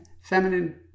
Feminine